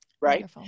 right